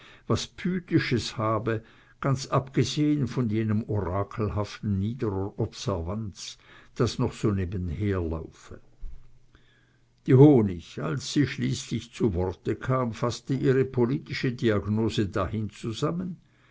was pythisches ganz abgesehen von jenem orakelhaften niederer observanz das noch so nebenherlaufe die honig als sie schließlich zu worte kam faßte ihre politische diagnose dahin zusammen